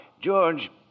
George